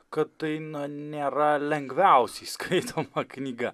kad tai nėra lengviausiai skaitom knyga